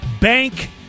bank